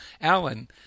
Alan